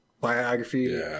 biography